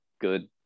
good